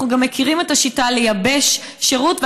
אנחנו גם מכירים את השיטה לייבש שירות,